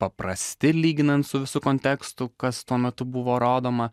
paprasti lyginant su visu kontekstu kas tuo metu buvo rodoma